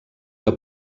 que